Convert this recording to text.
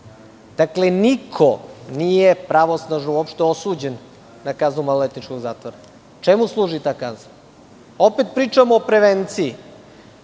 Dakle, niko nije pravosnažno osuđen na kaznu maloletničkog zatvora. Čemu služi ta kazna? Opet pričamo o prevenciji.